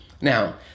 Now